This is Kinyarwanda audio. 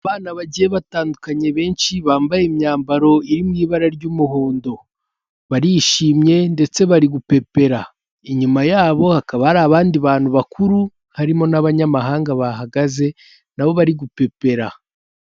Abana bagiye batandukanye benshi bambaye imyambaro iri mu ibara ry'umuhondo, barishimye ndetse bari gupepera. Inyuma yabo hakaba hari abandi bantu bakuru harimo n'abanyamahanga bahagaze nabo bari gupepera.